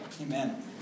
Amen